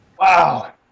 wow